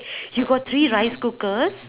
you got three rice cookers